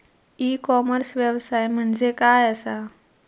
E commerce व्यवसाय म्हणजे काय असा?